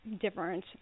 different